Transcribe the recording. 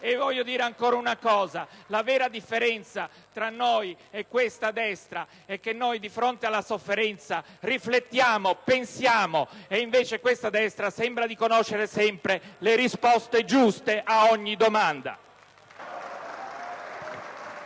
Aggiungo che la vera differenza tra noi e questa destra è che noi di fronte alla sofferenza riflettiamo, pensiamo e invece questa destra sembra conosca sempre le risposte giuste ad ogni domanda.